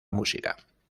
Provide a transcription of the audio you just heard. música